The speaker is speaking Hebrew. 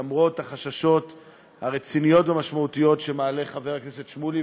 למרות החששות הרציניים והמשמעותיים שמעלה חבר הכנסת שמולי,